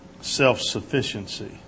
self-sufficiency